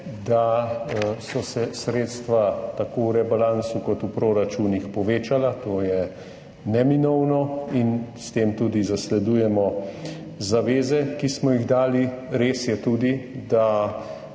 da so se sredstva tako v rebalansu kot v proračunih povečala, to je neminovno, in s tem tudi zasledujemo zaveze, ki smo jih dali. Res je tudi, da